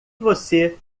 você